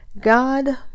God